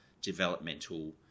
developmental